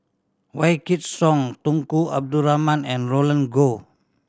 Wykidd Song Tunku Abdul Rahman and Roland Goh